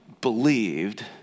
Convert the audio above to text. believed